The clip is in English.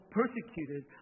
persecuted